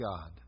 God